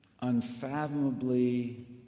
unfathomably